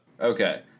okay